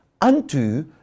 unto